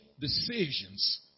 decisions